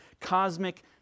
cosmic